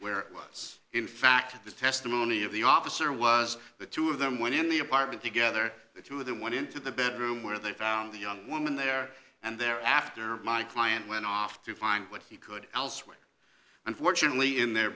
where it was in fact the testimony of the officer was the two of them went in the apartment together the two of them went into the bedroom where they found the young woman there and there after my client went off to find what he could elsewhere unfortunately in their